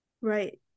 Right